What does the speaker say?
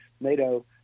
NATO